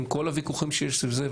עם כל הוויכוחים שיש סביב זה,